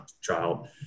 child